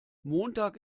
montag